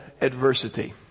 adversity